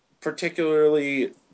particularly –